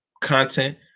content